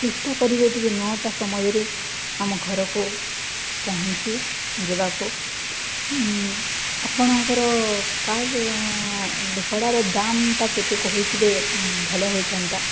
ଚେଷ୍ଟା କରିବେ ଟିକେ ନଅଟା ସମୟରେ ଆମ ଘରକୁ ପହଞ୍ଚି ଯବାକୁ ଆପଣଙ୍କର କାର୍ ଭଡ଼ାର ଦାମଟା କେତେ କହି କହିଥିଲେ ଭଲ ହୋଇଥାନ୍ତା